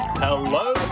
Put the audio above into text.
Hello